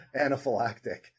anaphylactic